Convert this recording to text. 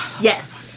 Yes